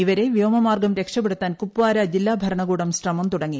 ഇവരെ വ്യോമമാർഗ്ഗം രക്ഷപ്പെടുത്താൻ കുപ്വാര ജില്ലാഭരണകൂടം ശ്രമം തുടങ്ങി